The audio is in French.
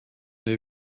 l’ai